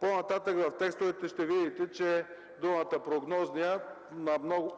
По-нататък в текстовете ще видите, че думата „прогнозния” на